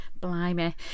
blimey